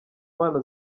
mpano